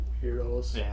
heroes